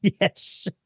Yes